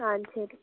ஆ சரி